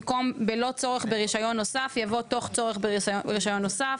במקום: "ללא צורך ברישיון נוסף" יבוא "תוך צורך ברישיון נוסף"".